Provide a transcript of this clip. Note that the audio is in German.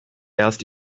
erst